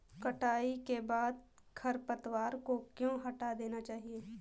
कटाई के बाद खरपतवार को क्यो हटा देना चाहिए?